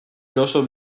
eroso